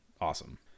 Awesome